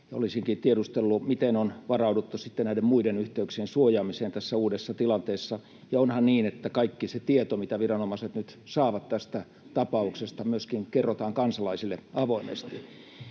Olisinkin tiedustellut: Miten on varauduttu sitten näiden muiden yhteyksien suojaamiseen tässä uudessa tilanteessa? Ja onhan niin, että kaikki se tieto, mitä viranomaiset nyt saavat tästä tapauksesta, myöskin kerrotaan kansalaisille avoimesti?